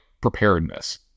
preparedness